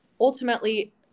ultimately